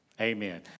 Amen